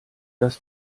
das